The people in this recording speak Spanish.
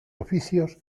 oficios